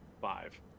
Five